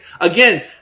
Again